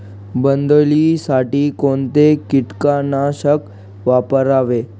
बोंडअळी साठी कोणते किटकनाशक वापरावे?